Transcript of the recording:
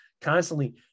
constantly